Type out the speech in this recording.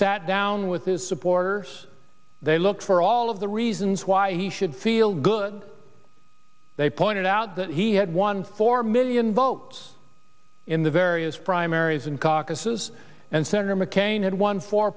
sat down with his supporters they looked for all of the reasons why he should feel good they pointed out that he had won four million votes in the various primaries and caucuses and senator mccain had won four